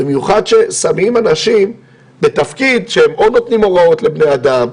במיוחד כששמים אנשים בתפקיד שהם או נותנים הוראות לבני אדם,